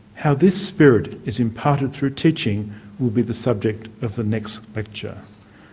how this spirit is imparted through teaching will be the subject of the next lecture.